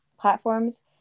platforms